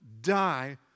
die